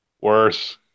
Worse